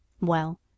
Well